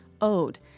Ode